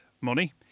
money